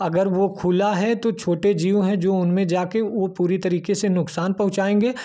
अगर वो खुला है तो छोटे जीव हैं जो उनमें जा कर वह पूरी तरीके से नुकसान पहुँचाएँगे